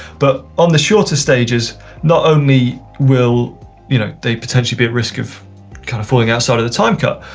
but on the shorter stages not only will you know they potentially be at risk of kind of falling outside of the time cut,